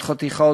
עוד חתיכה,